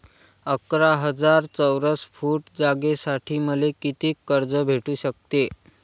अकरा हजार चौरस फुट जागेसाठी मले कितीक कर्ज भेटू शकते?